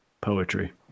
Poetry